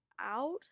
out